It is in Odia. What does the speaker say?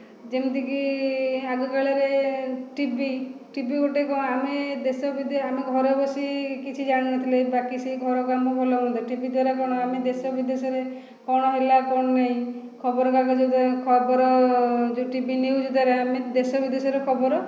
ଯେମିତିକି ଆଗ କାଳରେ ଟିଭି ଟିଭି ଗୋଟେ କ'ଣ ଆମେ ଦେଶ ଆମେ ଘରେ ବସି କିଛି ଜାଣିନଥିଲେ ବାକି ସେ ଘରକାମ ଭଲମନ୍ଦ ଟିଭି ଦ୍ୱାରା କଣ ଆମେ ଦେଶବିଦେଶରେ କଣ ହେଲା କଣ ନାଇଁ ଖବରକାଗଜ ଦ୍ଵାରା ଖବର ଯୋଉ ଟିଭି ନିଉଜ ଦ୍ୱାରା ଆମେ ଦେଶ ବିଦେଶ ର ଖବର